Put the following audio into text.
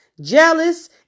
jealous